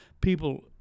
people